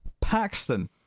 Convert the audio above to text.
Paxton